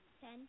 Ten